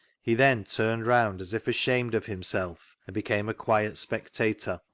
he then turned round as if ashamed of himself and became a quiet spectator.